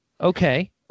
Okay